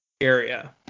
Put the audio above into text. area